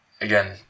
again